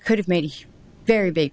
could have made a very big